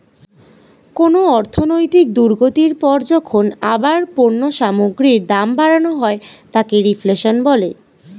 কোনো অর্থনৈতিক দুর্গতির পর যখন আবার পণ্য সামগ্রীর দাম বাড়ানো হয় তাকে রিফ্লেশন বলে